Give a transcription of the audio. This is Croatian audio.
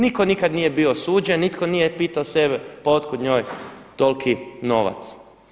Nitko nikad nije bio osuđen, nitko nije pitao sebe pa od kud njoj toliki novac.